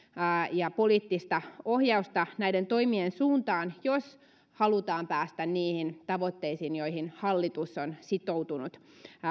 ja poliittista ohjausta näiden toimien suuntaan jos halutaan päästä niihin tavoitteisiin joihin hallitus on sitoutunut